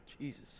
Jesus